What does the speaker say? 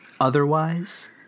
otherwise